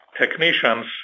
technicians